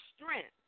strength